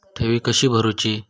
ठेवी कशी भरूची?